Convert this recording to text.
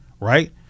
Right